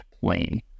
plane